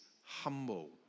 humble